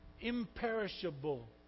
imperishable